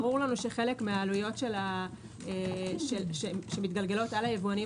ברור לנו שחלק מהעלויות שמתגלגלות על היבואנים